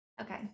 Okay